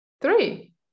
Three